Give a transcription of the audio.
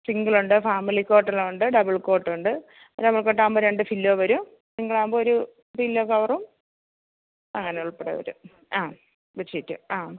സിംഗിളുണ്ട് family കോട്ടനുണ്ട് double കോട്ടുണ്ട് അതാവുമ്പോള് കോട്ടാകുമ്പോള് രണ്ട് ഫില്ലോ വരും സിംഗിളാകുമ്പോള് ഒരു ഫില്ലോ കവറും അങ്ങനെ ഉൾപ്പെടെവരും ആ ബെഡ് ഷീറ്റ് ആ